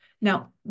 Now